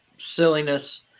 silliness